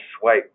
swipe